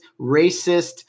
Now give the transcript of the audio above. racist